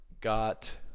got